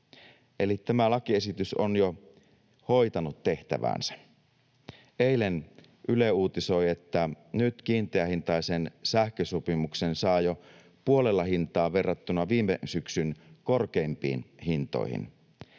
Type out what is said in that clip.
Eli tämä lakiesitys on jo hoitanut tehtäväänsä. Eilen Yle uutisoi, että nyt kiinteähintaisen sähkösopimuksen saa jo puolella hintaa verrattuna viime syksyn korkeimpiin hintoihin.